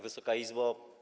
Wysoka Izbo!